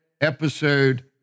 Episode